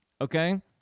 okay